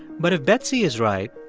but if betsy is right,